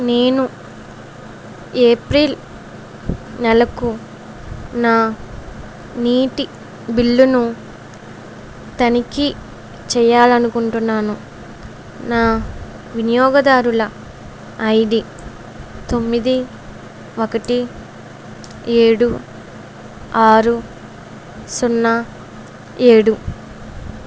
నేను ఏప్రిల్ నెలకు నా నీటి బిల్లును తనిఖీ చేయాలి అనుకుంటున్నాను నా వినియోగదారుల ఐ డీ తొమ్మిది ఒకటి ఏడు ఆరు సున్నా ఏడు